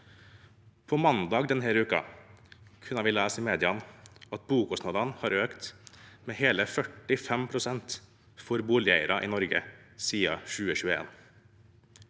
På mandag denne uken kunne vi lese i mediene at bokostnadene har økt med hele 45 pst. for boligeiere i Norge siden 2021.